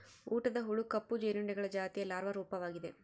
ಊಟದ ಹುಳು ಕಪ್ಪು ಜೀರುಂಡೆಗಳ ಜಾತಿಯ ಲಾರ್ವಾ ರೂಪವಾಗಿದೆ